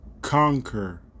conquer